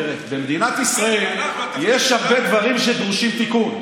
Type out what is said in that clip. תראה, במדינת ישראל יש הרבה דברים שדרושים תיקון.